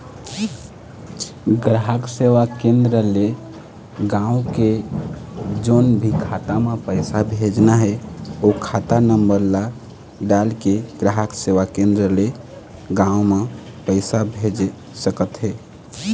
गांव म पैसे भेजेके हे, किसे भेजत बनाहि?